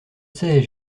sais